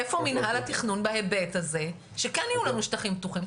איפה מנהל התכנון בהיבט הזה שכן יהיו לנו שטחים פתוחים?